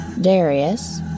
Darius